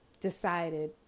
decided